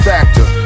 Factor